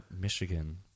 Michigan